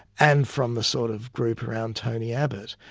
and from the sort of group around tony abbott,